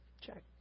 Check